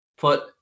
put